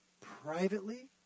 Privately